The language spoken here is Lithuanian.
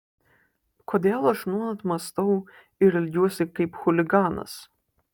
kodėl aš nuolat mąstau ir elgiuosi kaip chuliganas